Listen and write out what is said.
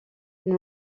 and